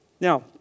Now